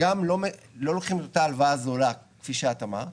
וגם לא לוקחים את אותה הלוואה זולה כפי שאת אמרת.